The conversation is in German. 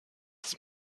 ist